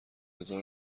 هزار